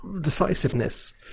decisiveness